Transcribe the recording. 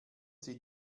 sie